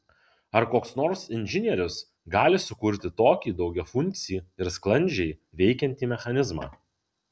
ar koks nors inžinierius gali sukurti tokį daugiafunkcį ir sklandžiai veikiantį mechanizmą